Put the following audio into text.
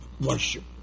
worship